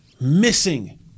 missing